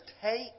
take